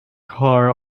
car